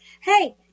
Hey